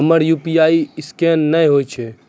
हमर UPI scan नेय हो या?